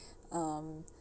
um